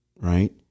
right